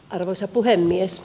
arvoisa puhemies